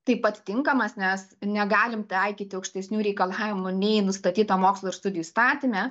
taip pat tinkamas nes negalim taikyti aukštesnių reikalavimų nei nustatyta mokslo ir studijų įstatyme